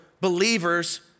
believers